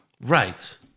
Right